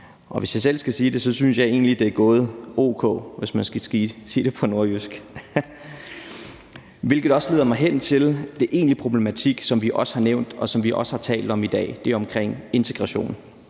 Og hvis jeg selv skal sige det, synes jeg egentlig, det er gået o.k., hvis man skal sige det på nordjysk. Det leder mig også hen til den egentlige problematik, som vi også har nævnt, og som vi har også talt om i dag, nemlig det om integration.